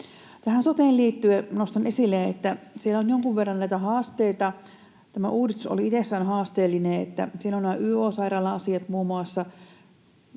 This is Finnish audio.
soteen liittyen nostan esille, että siellä on jonkun verran näitä haasteita. Tämä uudistus oli itsessään haasteellinen. Siellä on muun muassa